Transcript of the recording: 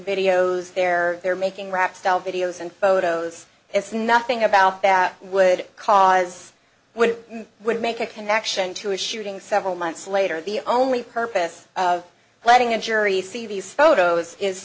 videos they're they're making rap style videos and photos it's nothing about that would cause would would make a connection to a shooting several months later the only purpose of letting a jury see these photos is